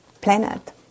planet